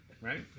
right